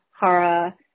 Hara